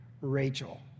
Rachel